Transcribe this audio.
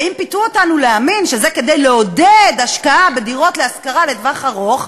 ואם פיתו אותנו להאמין שזה כדי לעודד השקעה בדירות להשכרה לטווח ארוך,